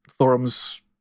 Thorum's